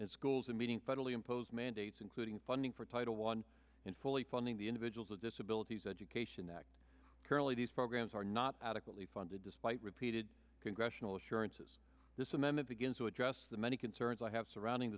and schools and meeting federally imposed mandates including funding for title one in fully funding the individuals with disabilities education act currently these programs are not adequately funded despite repeated congressional assurances this amendment begins to address the many concerns i have surrounding